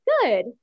Good